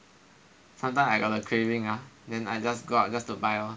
sometime I got the craving ah then I just go out just to buy lor